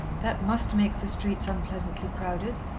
that must make the streets unpleasantly crowded.